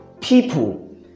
people